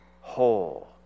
whole